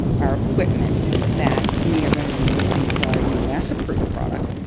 our equipment that we are going to be using for our us approved products.